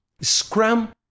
Scrum